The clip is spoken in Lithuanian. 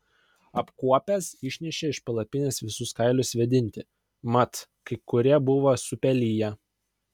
apkuopęs išnešė iš palapinės visus kailius vėdinti mat kai kurie buvo supeliję